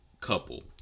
couple